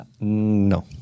No